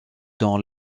dans